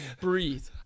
Breathe